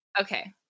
Okay